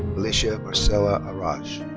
alycia marcella araj.